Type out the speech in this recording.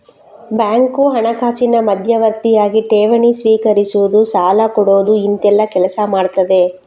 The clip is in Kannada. ಬ್ಯಾಂಕು ಹಣಕಾಸಿನ ಮಧ್ಯವರ್ತಿಯಾಗಿ ಠೇವಣಿ ಸ್ವೀಕರಿಸುದು, ಸಾಲ ಕೊಡುದು ಇಂತೆಲ್ಲ ಕೆಲಸ ಮಾಡ್ತದೆ